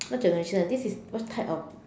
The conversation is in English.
what generation this is what type of